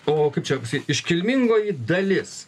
o kaip čia pasakyt iškilmingoji dalis